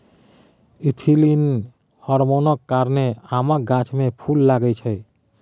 ethylene हार्मोनक कारणेँ आमक गाछ मे फुल लागय छै